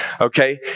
Okay